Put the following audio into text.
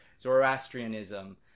zoroastrianism